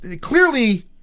Clearly